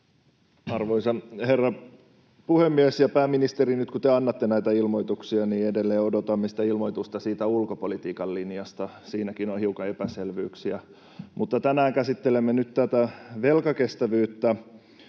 Arvoisa herra puhemies! Pääministeri, nyt kun te annatte näitä ilmoituksia, niin edelleen odotamme sitä ilmoitusta siitä ulkopolitiikan linjasta. Siinäkin on hiukan epäselvyyksiä. Mutta tänään käsittelemme nyt tätä velkakestävyyttä,